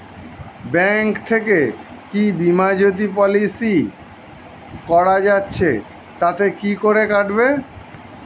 Bank থেকে কী বিমাজোতি পলিসি করা যাচ্ছে তাতে কত করে কাটবে?